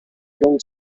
gold